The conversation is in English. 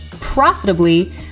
profitably